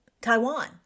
Taiwan